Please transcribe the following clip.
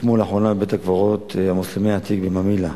שהוקמו לאחרונה בבית-הקברות המוסלמי העתיק בממילא,